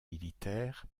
militaires